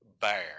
bear